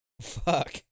fuck